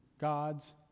God's